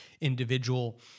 individual